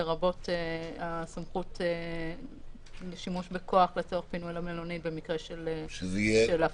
לרבות הסמכות לשימוש בכוח לצורך פינוי למלונית במקרה של הפרה.